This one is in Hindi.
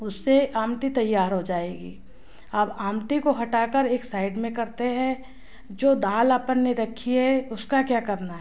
उससे आमती तैयार हो जाएगी अब आमती को हटा कर एक साइड में करते हैं जो दाल अपन ने रखी है उसका क्या करना है